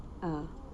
ah